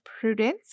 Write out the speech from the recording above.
prudence